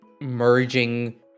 merging